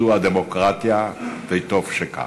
זו הדמוקרטיה, וטוב שכך.